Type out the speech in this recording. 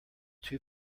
two